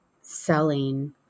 selling